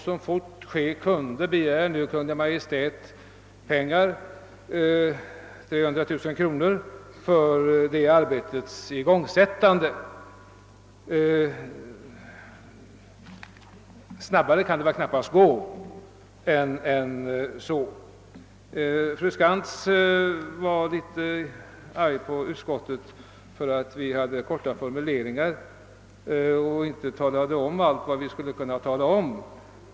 Så fort som möjligt begär nu Kungl. Maj:t medel, 300 009 kronor, för arbetets igångsättande och snabbare kan det väl knappast gå. Fru Skantz var litet arg på utskottet på grund av att man använt korta formuleringar och inte talat om allt vad som man skulle kunna tala om.